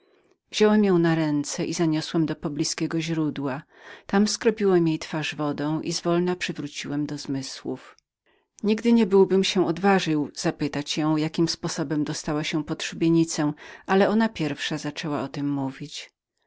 ją na ręce i zaniosłem do poblizkiego źródła tam skropiłem jej twarz wodą i nieznacznie przywróciłem do zmysłów nigdy nie byłbym odważył się powiedzieć jej że zastałem ją pod szubienicą ale ona pierwsza zaczęła o tem mówić